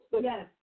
Yes